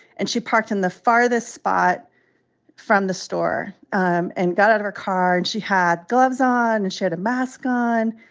and she parked in the farthest spot from the store um and got out of her car. and she had gloves on, and she had a mask on.